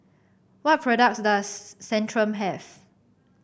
what products does Centrum have